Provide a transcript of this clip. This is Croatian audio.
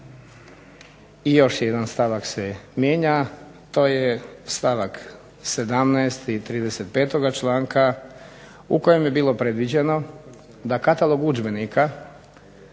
I još jedan stavak se mijenja to je stavak 17. 35. članka u kojem je bilo predviđeno da katalog udžbenika